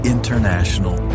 International